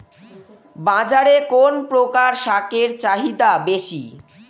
বাজারে কোন প্রকার শাকের চাহিদা বেশী?